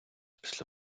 після